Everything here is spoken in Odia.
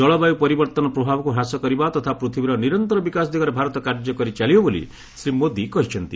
ଜଳବାୟୁ ପରିବର୍ତ୍ତନ ପ୍ରଭାବକୁ ହ୍ରାସ କରିବା ତଥା ପୃଥିବୀର ନିରନ୍ତର ବିକାଶ ଦିଗରେ ଭାରତ କାର୍ଯ୍ୟ କରିଚାଲିବ ବୋଲି ଶ୍ରୀ ମୋଦି କହିଚ୍ଚନ୍ତି